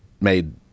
made